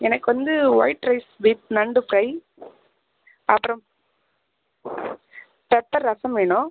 எனக்கு வந்து white rice with நண்டு ப்ரை அப்புறம் பேப்பர் ரசம் வேணும்